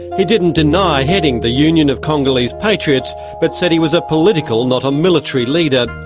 he didn't deny heading the union of congolese patriots, but said he was a political not a military leader.